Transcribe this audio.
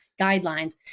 guidelines